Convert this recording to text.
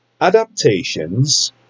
adaptations